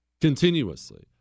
Continuously